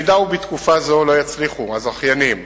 אם בתקופה זו לא יצליחו הזכיינים